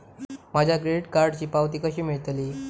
माझ्या क्रेडीट कार्डची पावती कशी मिळतली?